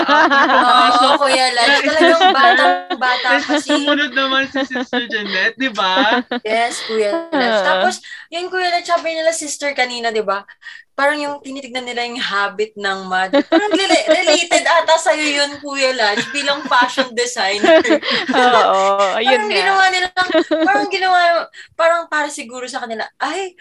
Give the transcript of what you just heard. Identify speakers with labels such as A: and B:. A: Oo, Kuya Lodge. Talagang batang-bata pa
B: Sumunod
A: si-
B: naman si Sister Jeanette, di ba?
A: Yes, Kuya Lodge.
C: Ah.
A: Tapos, yun, Kuya Lodge, sabi nila, sister kanina, di ba? Parang yung tinitignan nila yung habit ng mad- Parang rela- related ata sa'yo yun, Kuya Lodge, bilang fashion designer.
C: Oo, ayun
A: Parang
C: nga.
A: ginawa nila- parang ginawa- parang para siguro sa kanila, "Ay,